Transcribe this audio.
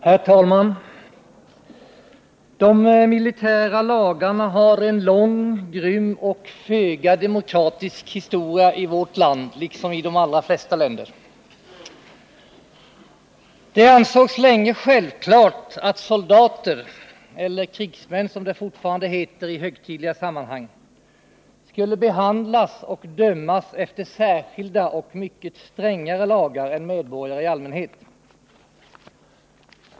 Herr talman! De militära lagarna har lång, grym och föga demokratisk historia i vårt land liksom i de allra flesta länder. Det ansågs länge självklart att soldater, eller krigsmän som det fortfarande heter i högtidliga sammanhang, skulle behandlas och dömas efter särskilda och mycket strängare lagar än medborgare i allmänhet.